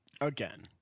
Again